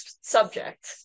subject